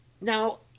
Now